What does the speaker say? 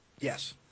Yes